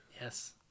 Yes